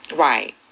right